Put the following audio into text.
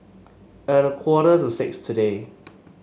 at a quarter to six today